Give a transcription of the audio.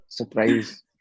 Surprise